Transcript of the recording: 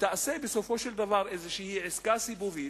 ותעשה בסופו של דבר איזושהי עסקה סיבובית,